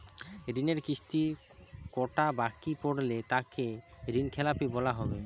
ঋণের কিস্তি কটা বাকি পড়লে তাকে ঋণখেলাপি বলা হবে?